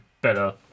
Better